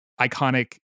iconic